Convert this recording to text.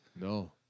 no